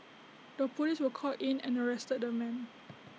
the Police were called in and arrested the man